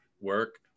work